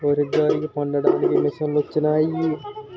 వరి గాలికి పట్టడానికి మిసంలొచ్చినయి